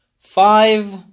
five